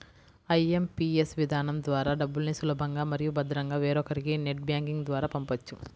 IMPS విధానం ద్వారా డబ్బుల్ని సులభంగా మరియు భద్రంగా వేరొకరికి నెట్ బ్యాంకింగ్ ద్వారా పంపొచ్చు